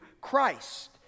Christ